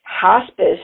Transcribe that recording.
hospice